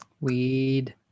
Weed